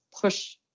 push